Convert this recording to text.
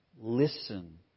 Listen